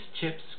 chips